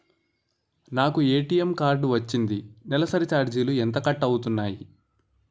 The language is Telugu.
నాకు ఏ.టీ.ఎం కార్డ్ వచ్చింది నెలసరి ఛార్జీలు ఎంత కట్ అవ్తున్నాయి?